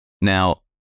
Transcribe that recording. now